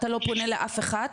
אתה לא פונה לאף אחד,